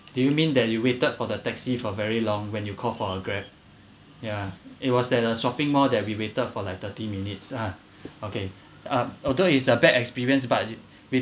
do you mean that you waited for the taxi for very long when you call for a grab ya it was at a shopping mall that we waited for like thirty minutes ah okay um although it's a bad experience but with